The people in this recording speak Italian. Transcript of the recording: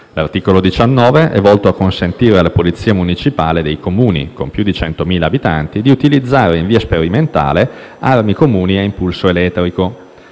L'articolo 19 è volto a consentire alla polizia municipale dei comuni con più di 100.000 abitanti di utilizzare in via sperimentale armi comuni a impulso elettrico.